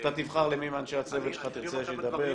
אתה תבחר מי מאנשי הצוות שלך תרצה שידבר.